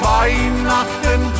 Weihnachten